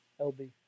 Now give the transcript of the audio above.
LB